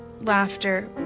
laughter